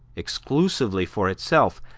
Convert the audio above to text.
exclusively for itself,